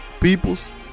peoples